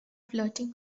flirting